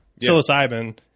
psilocybin